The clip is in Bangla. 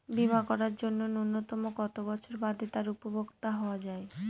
বীমা করার জন্য ন্যুনতম কত বছর বাদে তার উপভোক্তা হওয়া য়ায়?